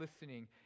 listening